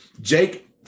Jake